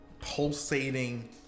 pulsating